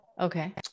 Okay